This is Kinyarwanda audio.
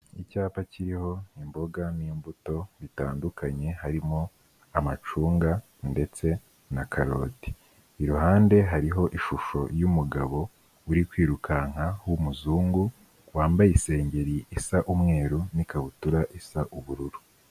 Icyapa kiriho imboga n'imbuto bitandukanye harimo amacunga ndetse na karoti. Iruhande hariho ishusho y'umugabo uri kwirukanka w'umuzungu, wambaye isengeri isa umweru n'ikabutura isa ubururu.